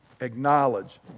acknowledge